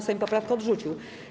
Sejm poprawkę odrzucił.